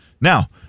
Now